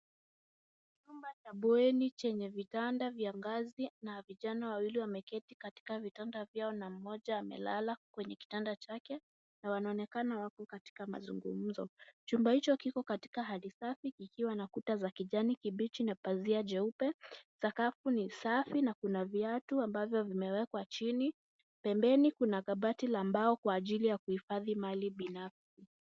Chumba cha bweni chenye vitanda za kazi na vijana wawili wameketi katika vitanda hivyo na mmoja amelala kwenye kitanda chake na wanaonekana katika mazungumzo. Chumba hicho kiko katika hali safi kikiwa na kuta za kijani kibichi na pazia jeupe. Sakafu ni safi na kuna viatu ambavyo vimewekwa chini. Pembeni kuna kabati la mbao kwa ajili ya kuhifadhi mali binafsi.